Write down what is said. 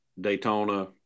Daytona